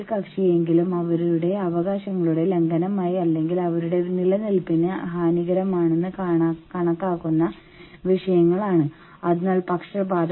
പക്ഷേ സ്റ്റോക്കുകളുടെ മൂല്യം ഉയരുകയും നിങ്ങളുടെ ഓഹരികൾ വിൽക്കാൻ തീരുമാനിക്കുകയും ചെയ്താൽ നിങ്ങൾക്ക് ധാരാളം പണം സമ്പാദിക്കാം